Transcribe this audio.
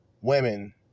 women